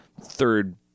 third